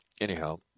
anyhow